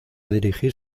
dirigir